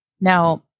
Now